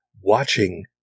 watching